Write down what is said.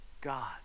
God